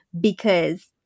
because-